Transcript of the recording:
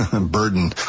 burden